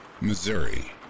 Missouri